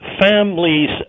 families